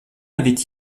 avait